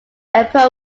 emperor